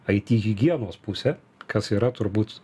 it higienos pusę kas yra turbūt